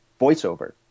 voiceover